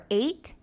eight